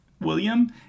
william